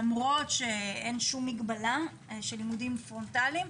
למרות שאין שום מגבלה של לימודים פרונטליים,